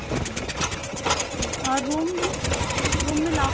अच्छा तो और रूम रूम में लॉक